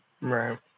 Right